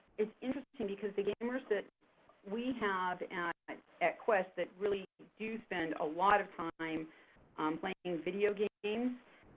it's interesting because the gamers that we have at and at quest that really do spend a lot of time playing video games,